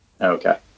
Okay